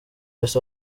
best